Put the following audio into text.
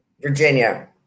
Virginia